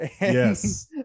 Yes